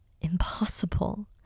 Impossible